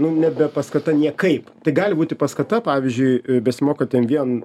nu nebe paskata niekaip tai gali būti paskata pavyzdžiui besimokantiem vien